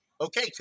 okay